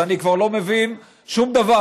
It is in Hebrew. אז אני כבר לא מבין שום דבר.